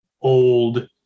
old